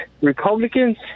Republicans